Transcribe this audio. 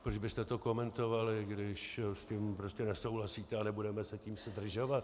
Proč byste to komentovali, když s tím prostě nesouhlasíte, a nebudeme se tím zdržovat.